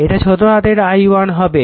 এটা ছোট হাতের i1 হবে